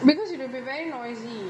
because it will be very noisy